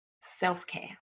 self-care